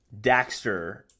Daxter